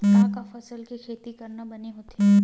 का का फसल के खेती करना बने होथे?